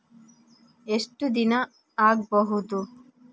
ಎಷ್ಟು ದಿನ ಆಗ್ಬಹುದು?